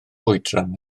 oedran